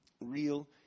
real